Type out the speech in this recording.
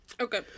okay